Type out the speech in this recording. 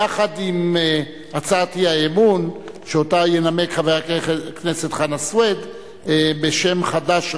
יחד עם הצעת האי-אמון שינמק חבר הכנסת חנא סוייד בשם חד"ש,